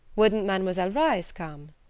wouldn't mademoiselle reisz come?